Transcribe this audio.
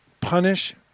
punish